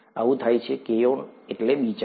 આવું થાય છે કેર્યોન એટલે બીજક